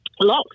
Lock